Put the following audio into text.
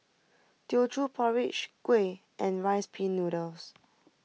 Teochew Porridge Kuih and Rice Pin Noodles